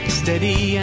steady